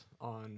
on